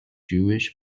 jewish